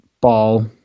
ball